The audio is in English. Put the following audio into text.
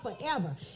forever